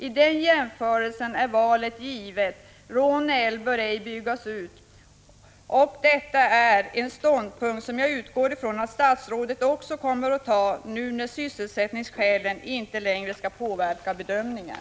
Vid den jämförelsen blir valet givet: Råne älv bör ej byggas ut. Detta är en ståndpunkt som jag utgår från att statsrådet också kommer att inta nu när sysselsättningsskälen inte längre skall påverka bedömningen.